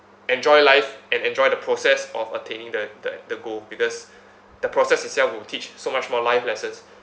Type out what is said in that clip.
enjoy life and enjoy the process of attaining the the the goal because the process itself will teach so much more life lessons